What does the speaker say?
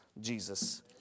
Jesus